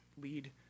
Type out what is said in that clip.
lead